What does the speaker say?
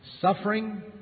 suffering